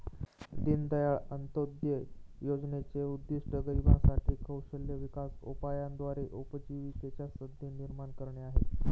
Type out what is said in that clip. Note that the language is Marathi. दीनदयाळ अंत्योदय योजनेचे उद्दिष्ट गरिबांसाठी साठी कौशल्य विकास उपायाद्वारे उपजीविकेच्या संधी निर्माण करणे आहे